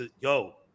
yo